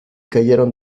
cayeron